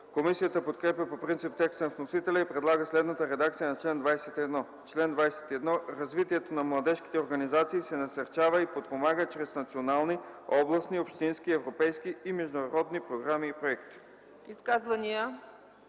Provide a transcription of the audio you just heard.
Комисията подкрепя по принцип текста на вносителя и предлага следната редакция на чл. 21: „Чл. 21. Развитието на младежките организации се насърчава и подпомага чрез национални, областни, общински, европейски и международни програми и проекти.”